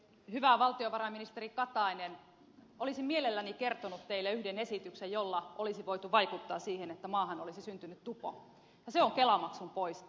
hyvä valtiovarainministeri katainen olisin mielelläni kertonut teille yhden esityksen jolla olisi voitu vaikuttaa siihen että maahan olisi syntynyt tupo ja se on kelamaksun poisto